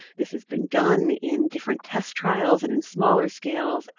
this has been done in different test trials and in smaller scales,